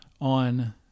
on